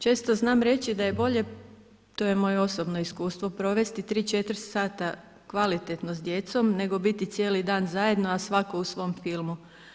Često znam reći da je bolje, to je moje osobno iskustvo, provesti tri, četiri sata kvalitetno s djecom nego biti cijeli dan zajedno, a svako u svom filmu.